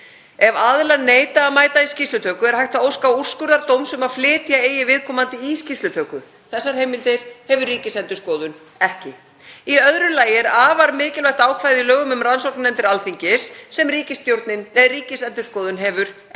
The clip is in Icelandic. Ef aðilar neita að mæta í skýrslutöku er hægt að óska úrskurðar dóms um að flytja eigi viðkomandi í skýrslutöku. Þessar heimildir hefur Ríkisendurskoðun ekki. Í öðru lagi er afar mikilvægt ákvæði í lögum um rannsóknarnefndir Alþingis sem Ríkisendurskoðun hefur ekki,